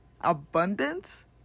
abundance